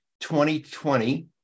2020